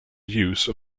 use